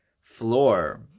floor